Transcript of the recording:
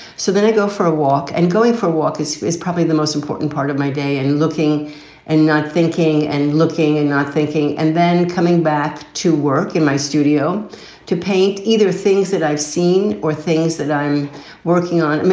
so then i go for a walk and going for walks is is probably the most important part of my day and looking and not thinking and looking and not thinking and then coming back to work in my studio to paint either things that i've seen or things that i'm working on.